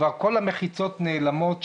כבר כל המחיצות נעלמות,